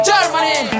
Germany